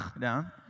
down